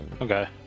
Okay